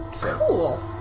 Cool